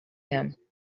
him